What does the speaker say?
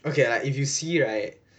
okay like if you see right